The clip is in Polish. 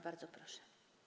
Bardzo proszę.